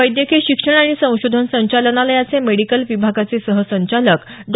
वैद्यकीय शिक्षण आणि संशोधन संचालनालयाचे मेडिकल विभागाचे सहसंचालक डॉ